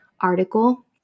article